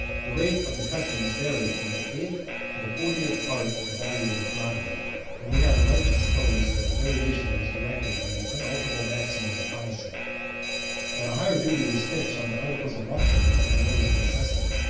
the rate of the customs varied from the eighth to the fortieth part of the value of the commodity and we have a right to suppose that the variation was directed by the unalterable maxims of policy that a higher duty was fixed on the articles of luxury than on those of necessity,